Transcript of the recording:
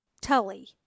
tully